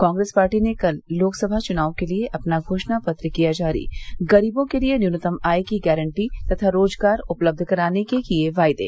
Congress party ने कल लोकसभा चुनाव के लिये अपना घोषणा पत्र किया जारी गरीबों के लिये न्यूनतम आय की गारंटी तथा रोजगार उपलब्ध कराने के किये वायदे